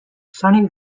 sun